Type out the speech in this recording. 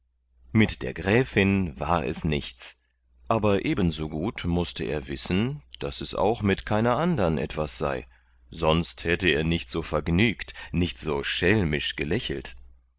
mit der gräfin war es nichts aber ebensogut mußte er wissen daß es auch mit keiner andern etwas sei sonst hätte er nicht so vergnügt nicht so schelmisch gelächelt